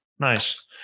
Nice